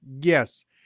Yes